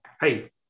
hey